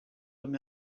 him